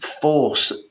force